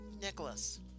Nicholas